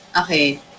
Okay